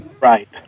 right